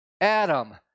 Adam